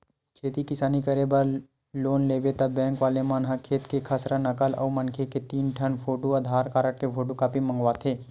खेती किसानी करे बर लोन लेबे त बेंक वाले मन ह खेत के खसरा, नकल अउ मनखे के तीन ठन फोटू, आधार कारड के फोटूकापी मंगवाथे